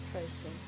person